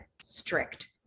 strict